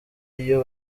iyo